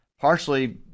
partially